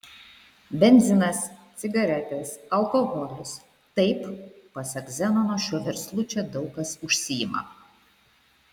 benzinas cigaretės alkoholis taip pasak zenono šiuo verslu čia daug kas užsiima